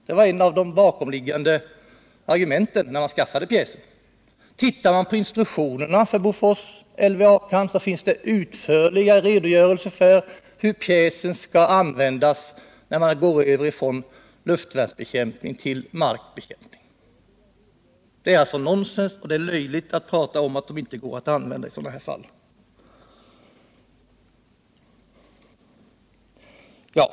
Det var ett av de bakomliggande argumenten när man skaffade pjäsen. I Bofors instruktioner finns det utförliga redogörelser för hur pjäsen skall användas när man går över från luftbekämpning till markbekämpning. Det är därför nonsens och det är löjligt att säga att pjäserna inte går att använda i sådana här fall.